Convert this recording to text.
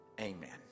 Amen